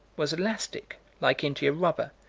was elastic, like india rubber,